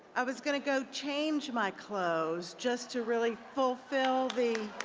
i was going to go change my clothes just to really fulfill the